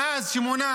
מאז שמונה